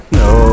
no